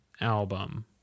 album